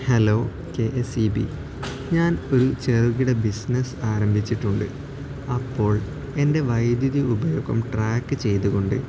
hello K S E B ഞാൻ ഒരു ചെറുകിട ബിസിനസ്സ് ആരംഭിച്ചിട്ടുണ്ട് അപ്പോൾ എൻ്റെ വൈദ്യുതി ഉപയോഗം ട്രാക്ക് ചെയ്തുകൊണ്ട്